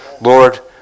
Lord